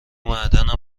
معدنم